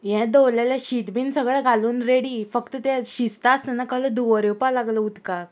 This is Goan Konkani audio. हें दवरलेलें शीत बीन सगळें घालून रेडी फक्त तें शिस्तां आसतना कलो दुवर येवपाक लागलो उदकाक